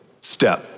step